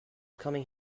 coming